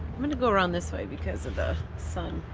i'm gonna go around this way because of the sun,